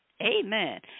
amen